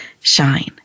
shine